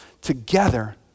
together